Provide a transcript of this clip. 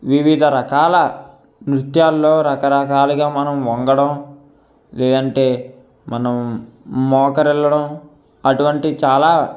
వివిధ రకాల నృత్యాలలో రకరకాలుగా మనం వంగడం లేదంటే మనం మోకరిల్లడం అటువంటివి చాలా